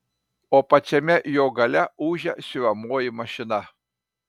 o pačiame jo gale ūžia siuvamoji mašina